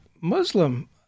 Muslim